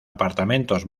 apartamentos